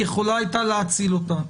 היתה יכולה להאציל אותם.